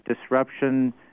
disruption